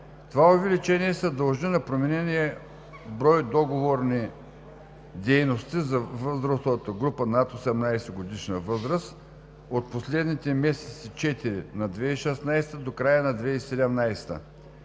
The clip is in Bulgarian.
Това увеличение се дължи на променения брой договорни дейности за възрастовата група над 18 годишна възраст от последните 4 месеца на 2016 г. до края на 2017